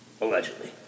Allegedly